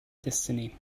destiny